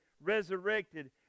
resurrected